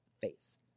Face